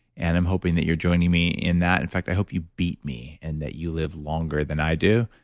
and i'm hoping that you're joining me in that. in fact, i hope you beat me and that you live longer than i do.